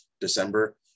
december